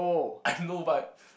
I know but